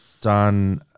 done